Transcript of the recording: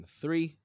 three